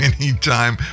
Anytime